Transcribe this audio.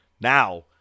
Now